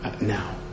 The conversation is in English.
now